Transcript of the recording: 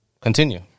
continue